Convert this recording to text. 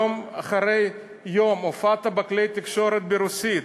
יום אחרי יום הופעת בכלי תקשורת ברוסית,